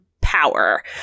power